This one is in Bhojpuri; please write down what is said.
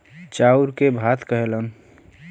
चाउर के भात कहेलन